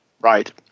Right